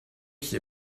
qui